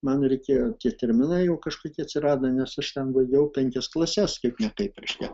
man reikėjo tie terminai jau kažkokie atsirado nes aš ten baigiau penkias klases kaip ne kaip reiškia